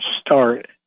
start